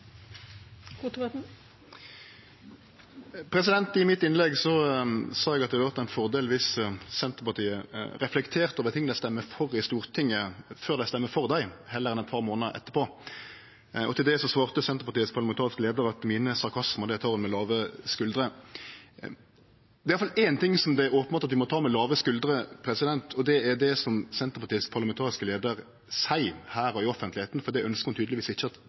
I mitt innlegg sa eg at det ville vore ein fordel viss Senterpartiet reflekterte over ting dei stemmer for i Stortinget, før dei stemmer for dei – heller enn eit par månader etterpå. Til det svarte Senterpartiets parlamentariske leiar at mine sarkasmar tek ho med låge skuldrer. Det er iallfall éin ting som det er openbert at vi må ta med låge skuldrer, og det er det som Senterpartiets parlamentariske leiar seier her og i offentlegheita, for det ønskjer ho tydelegvis ikkje at